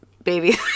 baby